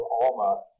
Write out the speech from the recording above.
Alma